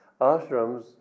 Ashrams